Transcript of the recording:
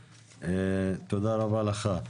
תודה רבה לך.